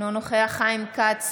אינו נוכח חיים כץ,